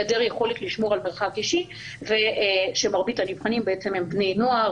היעדר יכולת לשמור על מרחק אישי ושמרבית הנבחנים הם בני נוער,